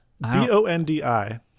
B-O-N-D-I